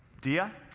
diya?